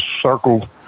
circle